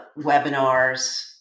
webinars